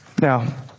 Now